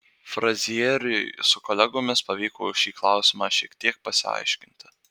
frazieriui su kolegomis pavyko šį klausimą šiek tiek pasiaiškinti